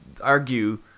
argue